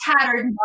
tattered